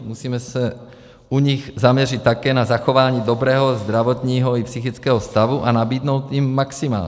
Musíme se u nich zaměřit také na zachování dobrého zdravotního i psychického stavu a nabídnout jim maximální.